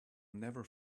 never